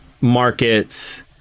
markets